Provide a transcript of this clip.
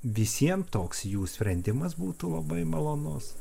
visiem toks jų sprendimas būtų labai malonus